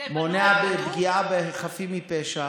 מונע פגיעה בחפים מפשע